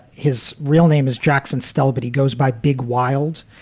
his real name is jackson stelle, but he goes by big wild.